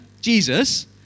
Jesus